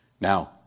Now